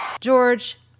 George